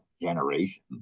generation